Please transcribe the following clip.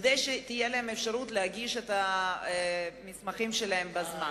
כדי שתהיה להם אפשרות להגיש את המסמכים שלהם בזמן.